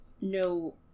no